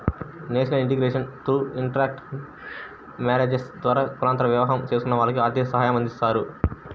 national integration through intercaste marriages ద్వారా కులాంతర వివాహం చేసుకున్న వాళ్లకి ఆర్థిక సాయమందిస్తారు